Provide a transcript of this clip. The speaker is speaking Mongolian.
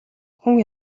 хүн